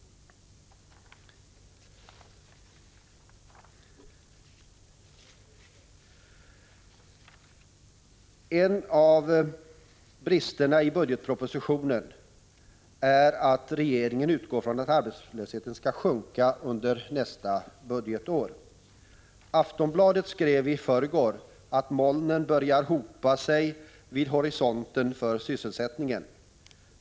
En av bristerna i budgetpropositionen är att regeringen utgår från att arbetslösheten skall minska under nästa budgetår. Aftonbladet skrev i förrgår om sysselsättningen att molnen börjar hopa sig vid horisonten.